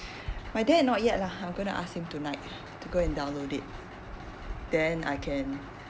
my dad not yet lah I'm going to ask him tonight to go and download it then I can